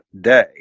day